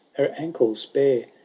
her ankles bare,